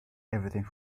everything